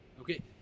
Okay